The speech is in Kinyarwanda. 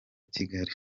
kigali